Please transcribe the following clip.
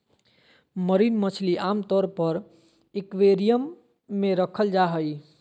marine मछली आमतौर पर एक्वेरियम मे रखल जा हई